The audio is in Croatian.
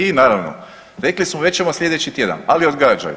I naravno rekli su reći ćemo sljedeći tjedan ali odgađaju.